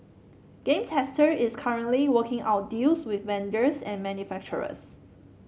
Game Tester is currently working out deals with vendors and manufacturers